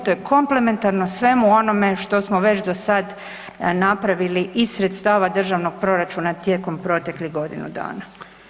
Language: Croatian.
To je komplementarno svemu onome što smo već do sada napravili iz sredstava državnog proračuna tijekom proteklih godinu dana.